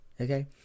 Okay